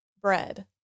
bread